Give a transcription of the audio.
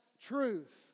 truth